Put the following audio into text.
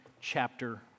chapter